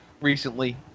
recently